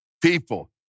people